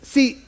See